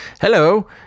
Hello